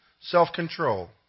self-control